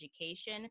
education